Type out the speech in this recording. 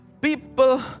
People